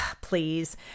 please